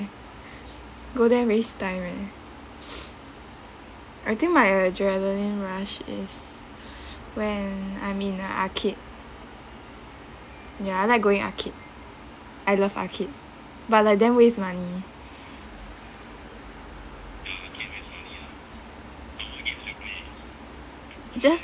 go there waste time eh I think my adrenaline rush is when I'm in a arcade ya I like going arcade I love arcade but like damn waste money just